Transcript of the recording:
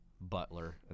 Butler